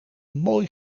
mooi